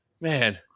man